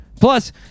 Plus